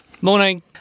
Morning